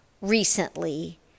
recently